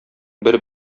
бер